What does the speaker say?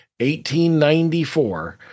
1894